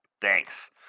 Thanks